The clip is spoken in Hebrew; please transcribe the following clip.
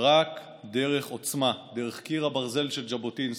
רק דרך עוצמה, דרך קיר הברזל של ז'בוטינסקי,